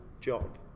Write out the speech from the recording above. job